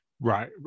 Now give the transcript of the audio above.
right